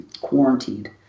quarantined